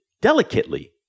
delicately